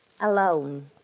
Alone